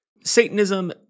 Satanism